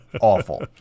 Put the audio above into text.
Awful